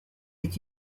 est